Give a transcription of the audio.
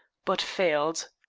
but failed.